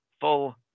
full